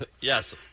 Yes